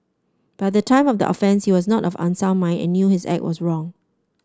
but at the time of the offence he was not of unsound mind and knew his act was wrong